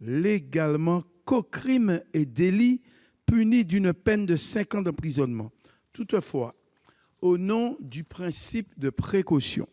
légalement qu'aux crimes et délits punis d'une peine de cinq ans d'emprisonnement. Toutefois, au nom du principe de précaution,